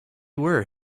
were